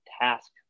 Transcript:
task